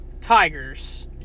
Tigers